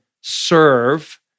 serve